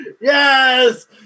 Yes